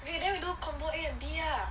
eh then we do combo A and B ah